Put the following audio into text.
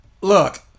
look